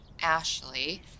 Ashley